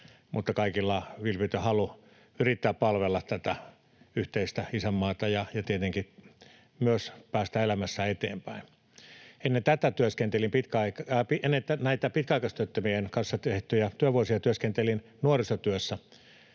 mutta kaikilla vilpitön halu yrittää palvella tätä yhteistä isänmaata ja tietenkin myös päästä elämässä eteenpäin. Ennen näitä pitkäaikaistyöttömien kanssa tehtyjä työvuosia työskentelin nuorisotyössä,